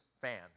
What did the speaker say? fan